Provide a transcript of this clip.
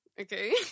okay